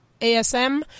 ASM